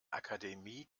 akademie